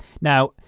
now